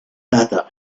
data